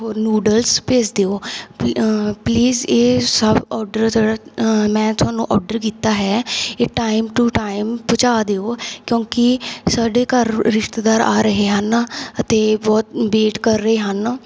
noodles ਭੇਜ ਦਿਓ ਪ ਪਲੀਸ ਇਹ ਸਭ ਓਡਰ ਰ ਮੈਂ ਤੁਹਾਨੂੰ ਓਡਰ ਕੀਤਾ ਹੈ ਇਹ ਟਾਈਮ ਟੂ ਟਾਈਮ ਪਹੁੰਚਾ ਦਿਓ ਕਿਉਂਕਿ ਸਾਡੇ ਘਰ ਰਿਸ਼ਤੇਦਾਰ ਆ ਰਹੇ ਹਨ ਅਤੇ ਬਹੁਤ ਵੇਟ ਕਰ ਰਹੇ ਹਨ